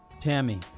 Tammy